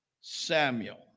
Samuel